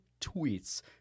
tweets